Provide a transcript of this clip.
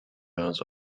bones